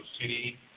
City